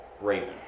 Raven